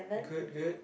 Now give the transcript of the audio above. good good